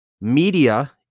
Media